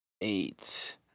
eight